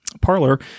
Parlor